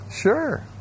Sure